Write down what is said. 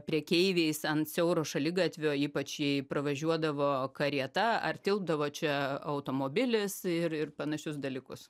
prekeiviais ant siauro šaligatvio ypačiai jei pravažiuodavo karieta ar tilpdavo čia automobilis ir ir panašius dalykus